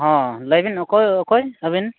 ᱦᱚᱸ ᱞᱟᱹᱭᱵᱤᱱ ᱚᱠᱚᱠᱭ ᱚᱠᱚᱭ ᱟᱹᱵᱤᱱ